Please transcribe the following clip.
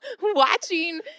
watching